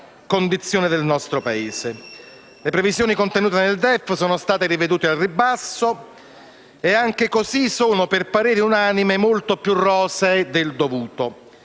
Le previsioni contenute nel DEF sono state rivedute al ribasso e, anche così, per parere unanime, sono molto più rosee del dovuto.